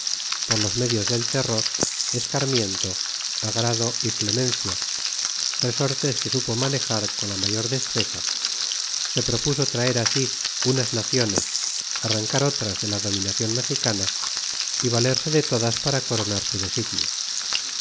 por los medios del terror escarmiento agrado y clemencia resortes que supo manejar con la mayor destreza se propuso traer a si unas naciones arrancar otras de la dominacion mejicana y valerse de todas para coronar su designio